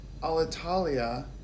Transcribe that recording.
Alitalia